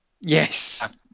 Yes